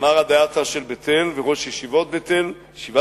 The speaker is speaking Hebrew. המרא דאתרא של בית-אל וראש ישיבת בית-אל,